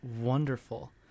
wonderful